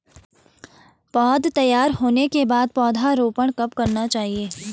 पौध तैयार होने के बाद पौधा रोपण कब करना चाहिए?